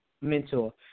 mentor